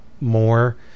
more